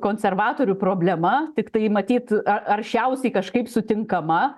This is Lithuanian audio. konservatorių problema tiktai matyt ar aršiausiai kažkaip sutinkama